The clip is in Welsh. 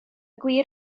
gwir